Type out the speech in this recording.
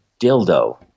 dildo